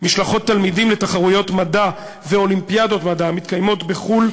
משלחות תלמידים לתחרויות מדע ואולימפיאדות מדע המתקיימות בחו"ל,